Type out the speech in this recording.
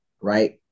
right